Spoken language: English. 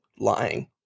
Lying